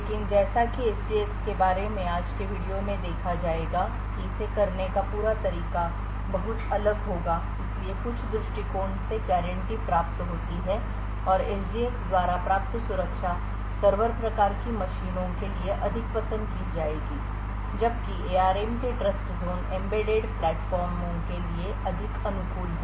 लेकिन जैसा कि एसजीएक्स के बारे में आज के वीडियो में देखा जाएगा कि इसे करने का पूरा तरीका बहुत अलग होगा इसलिए कुछ दृष्टिकोण से गारंटी प्राप्त होती है और एसजीएक्स द्वारा प्राप्त सुरक्षा सर्वर प्रकार की मशीनों के लिए अधिक पसंद की जाएगी जबकि एआरएम के ट्रस्टज़ोन एम्बेडेड प्लेटफार्मों के लिए अधिक अनुकूल है